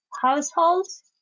households